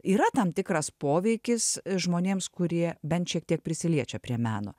yra tam tikras poveikis žmonėms kurie bent šiek tiek prisiliečia prie meno